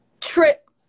trip